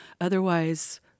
Otherwise